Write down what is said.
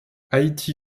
haïti